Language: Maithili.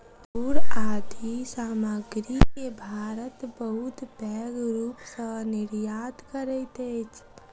तूर आदि सामग्री के भारत बहुत पैघ रूप सॅ निर्यात करैत अछि